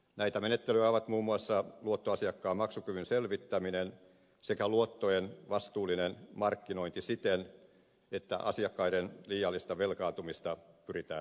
näitä menettelyjä ovat muun muassa luottoasiakkaan maksukyvyn selvittäminen sekä luottojen vastuullinen markkinointi siten että asiakkaiden liiallista velkaantumista pyritään välttämään